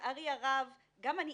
שלצערי הרב גם אני,